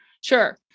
sure